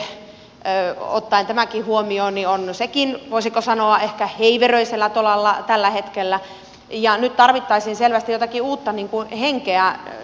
euvenäjä suhde ottaen tämänkin huomioon on sekin voisiko ehkä sanoa heiveröisellä tolalla tällä hetkellä ja nyt tarvittaisiin selvästi jotakin uutta henkeä